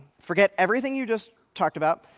forget everything you just talked about.